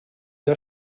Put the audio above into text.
der